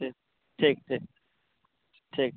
ठीक ठीक ठीक ठीक